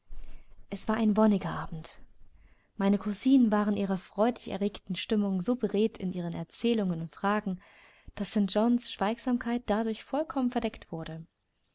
es war ein wonniger abend meine cousinen waren in ihrer freudig erregten stimmung so beredt in ihren erzählungen und fragen daß st johns schweigsamkeit dadurch vollkommen verdeckt wurde